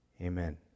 amen